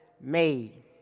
made